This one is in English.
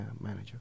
manager